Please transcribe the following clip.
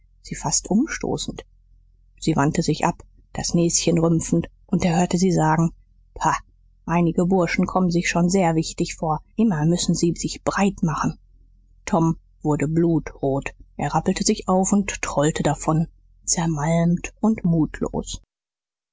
sie fast umstoßend sie wandte sich ab das näschen rümpfend und er hörte sie sagen pa einige burschen kommen sich schon sehr wichtig vor immer müssen sie sich breit machen tom wurde blutrot er rappelte sich auf und trollte davon zermalmt und mutlos